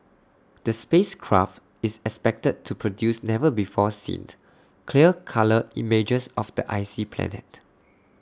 the space craft is expected to produce never before see IT clear colour images of the icy planet